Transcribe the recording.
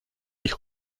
ich